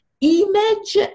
image